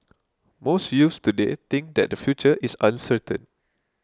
most youths today think that their future is uncertain